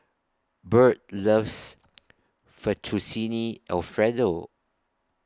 Byrd loves Fettuccine Alfredo